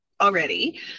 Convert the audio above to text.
already